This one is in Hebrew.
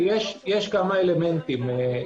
יש כמה אלמנטים.